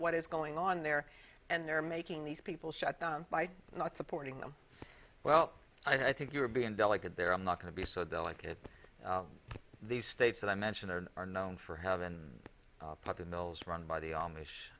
what is going on there and they're making these people shut down by not supporting them well i think you're being delicate there i'm not going to be so delicate these states that i mentioned are known for have and poppin those run by the amish